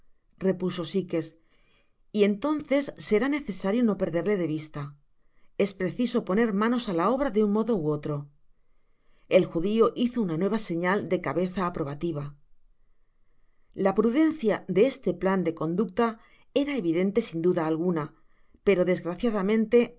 de ellarepuso sikesy entonces será necesario no perderle de vista es preciso poner manos á la obra de un modo ú otro el judio hizo una nueva señal de cabeza aprobativa la prudencia de este plan de conducta era evidente sin duda alguna pero desgraciadamente